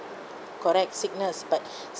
correct sickness but